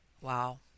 Wow